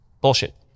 bullshit